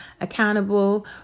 accountable